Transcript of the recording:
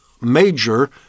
major